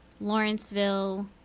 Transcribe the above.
Lawrenceville